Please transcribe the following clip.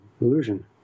illusion